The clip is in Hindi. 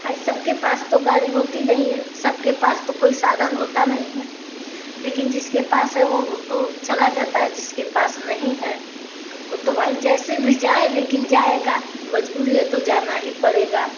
आई सब के पास तो गाड़ी होती नहीं है सबके पास तो कोई साधन होता नहीं है लेकिन जिसके पास है वो तो चला जाता है जिसके पास नहीं है वो तो भाई जैसे भी जाए लेकिन जाएगा मजबूरी है तो जाना ही पड़ेगा